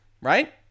right